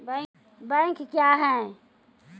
Bank क्या हैं?